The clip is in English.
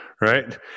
right